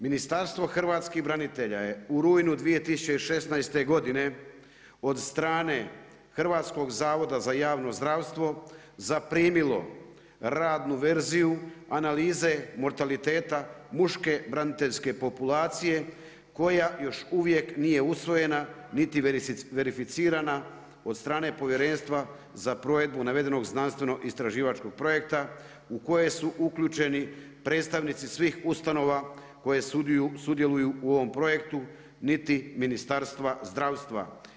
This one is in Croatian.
Ministarstvo hrvatskih branitelja je u rujnu 2016. godine od strane Hrvatskog zavoda za javno zdravstvo zaprimilo radnu verziju analize mortaliteta muške braniteljske populacije koja još uvijek nije usvojena niti verificirana od strane povjerenstva za provedbu navedenog znanstveno istraživačkog projekta u koje su uključeni predstavnici svih ustanova koje sudjeluju u ovom projektu, niti Ministarstva zdravstva.